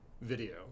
video